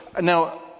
now